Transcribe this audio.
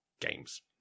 Games